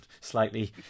slightly